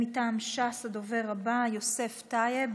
מטעם ש"ס, הדובר הבא, יוסף טייב.